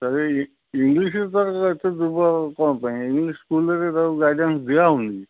ଇଂଲିଶରେ ତା'ର ଦୁର୍ବଳ କ'ଣ ପାଇଁ ଇଂଲିଶ ସ୍କୁଲ୍ରେ ତାକୁ ଗାଇଣ୍ଡାସ୍ ଦିଆହଉନି